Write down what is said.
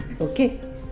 Okay